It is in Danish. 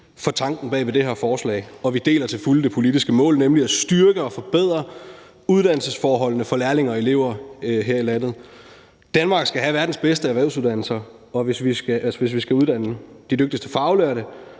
for tanken bag det her forslag, og vi deler til fulde det politiske mål, nemlig at styrke og forbedre uddannelsesforholdene for lærlinge og elever her i landet. Danmark skal have verdens bedste erhvervsuddannelser, hvis vi skal uddanne de dygtigste faglærte,